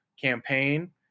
campaign